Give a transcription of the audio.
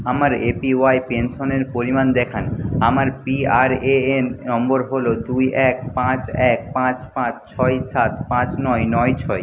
আমার এপিওয়াই পেনশনের পরিমাণ দেখান আমার পিআরএএন নম্বর হল দুই এক পাঁচ এক পাঁচ পাঁচ ছয় সাত পাঁচ নয় নয় ছয়